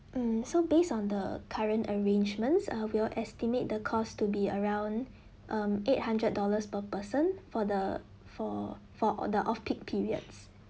mm so based on the current arrangements uh will estimate the cost to be around um eight hundred dollars per person for the for for the off peak periods